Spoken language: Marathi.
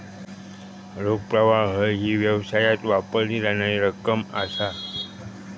रोख प्रवाह ही व्यवसायात वापरली जाणारी रक्कम असा